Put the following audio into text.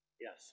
Yes